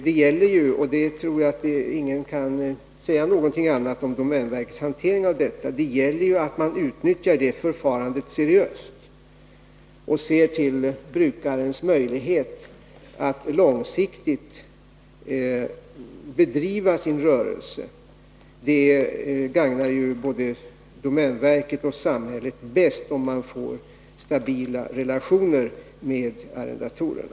Det gäller ju — och jag tror inte någon kan säga någonting annat om domänverkets hantering av detta — att utnyttja det förfarandet seriöst och se till brukarens möjligheter på lång sikt att bedriva sin rörelse. Det gagnar både domänverket och samhället bäst, om domänverket får till stånd stabila relationer med arrendatorerna.